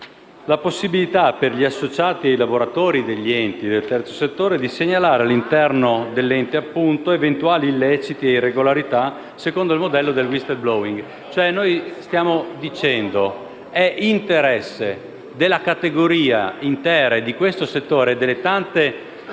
la possibilità per gli associati e i lavoratori degli enti del terzo settore di segnalare, all'interno dell'ente, eventuali illeciti e irregolarità secondo il modello del *whistleblowing*. Stiamo dicendo, cioè, che è interesse della categoria intera di questo settore, e delle tante